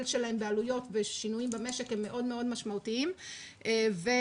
שלהם בעלויות ושינויים במשק הם משמעותיים מאוד.